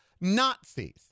Nazis